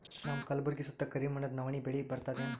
ನಮ್ಮ ಕಲ್ಬುರ್ಗಿ ಸುತ್ತ ಕರಿ ಮಣ್ಣದ ನವಣಿ ಬೇಳಿ ಬರ್ತದೇನು?